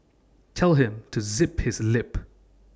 tell him to zip his lip